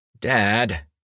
Dad